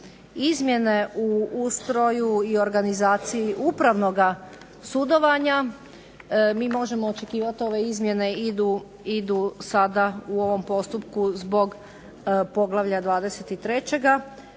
izmjene u ustroju i organizaciji upravnoga sudovanja mi možemo očekivati ove izmjene idu sada u ovom postupku zbog poglavlja 23.